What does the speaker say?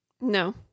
No